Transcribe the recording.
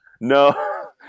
no